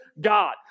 God